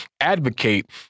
advocate